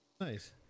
Nice